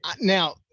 Now